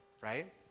right